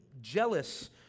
jealous